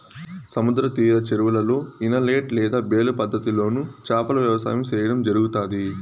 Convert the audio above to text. సముద్ర తీర చెరువులలో, ఇనలేట్ లేదా బేలు పద్ధతి లోను చేపల వ్యవసాయం సేయడం జరుగుతాది